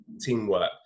teamwork